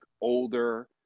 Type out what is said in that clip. older